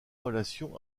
relation